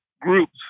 groups